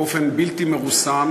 באופן בלתי מרוסן,